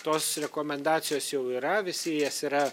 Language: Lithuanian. tos rekomendacijos jau yra visi jas yra